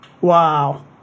Wow